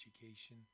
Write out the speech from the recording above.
education